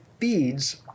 feeds